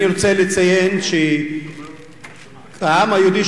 אני רוצה לציין שהעם היהודי,